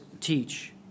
teach